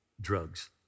drugs